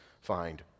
find